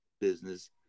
business